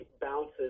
bounces